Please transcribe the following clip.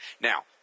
Now